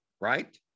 right